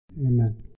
Amen